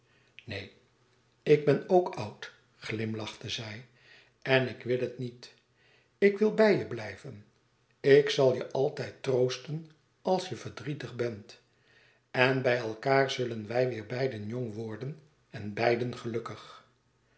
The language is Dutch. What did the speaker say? neen ik ben ook oud glimlachte zij en ik wil het niet ik wil bij je blijven ik zal je altijd troosten als je verdrietig bent en bij elkaâr zullen wij weêr beiden jong worden en beiden gelukkig